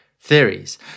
theories